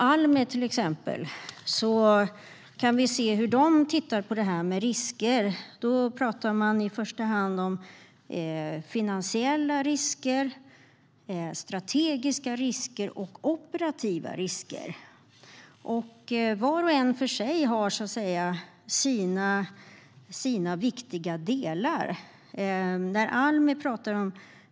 Almi tar upp finansiella risker, strategiska risker och operativa risker. Var och en för sig har sina viktiga delar.